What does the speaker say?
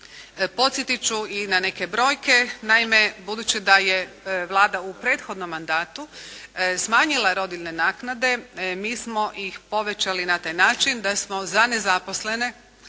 Podsjetit ću i na neke brojke. Naime, budući da je Vlada u prethodnom mandatu smanjila rodiljne naknade mi smo ih povećali na taj način da smo za nezaposlene